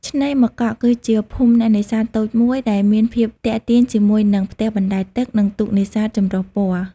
ឆ្នេរម្កក់ គឺជាភូមិអ្នកនេសាទតូចមួយដែលមានភាពទាក់ទាញជាមួយនឹងផ្ទះបណ្តែតទឹក និងទូកនេសាទចម្រុះពណ៌។